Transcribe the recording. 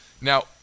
Now